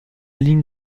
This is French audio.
ligne